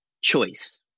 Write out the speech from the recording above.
choice